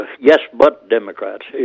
yes-but-Democrats